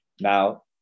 Now